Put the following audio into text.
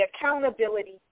accountability